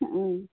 অঁ অঁ